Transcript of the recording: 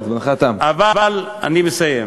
נא לסיים.